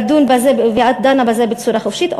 ואת דנה בזה בצורה חופשית,